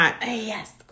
Yes